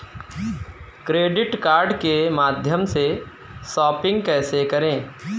Credit card के माध्यम से शॉपिंग कैसे करें?